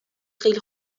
خیلی